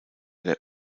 der